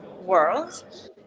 world